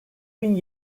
bin